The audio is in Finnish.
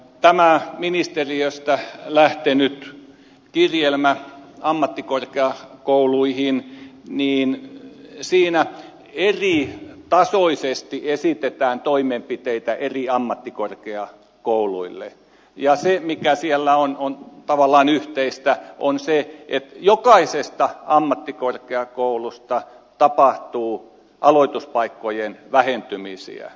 tässä ministeriöstä lähteneessä kirjelmässä ammattikorkeakouluihin eritasoisesti esitetään toimenpiteitä eri ammattikorkeakouluille ja mikä siellä on tavallaan yhteistä on se että jokaisessa ammattikorkeakoulussa tapahtuu aloituspaikkojen vähentymisiä